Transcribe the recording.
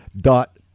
dot